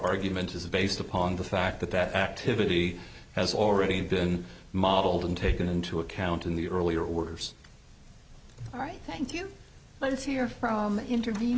argument is based upon the fact that that activity has already been modeled and taken into account in the earlier workers all right thank you let's hear from interview